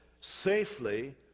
safely